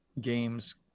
games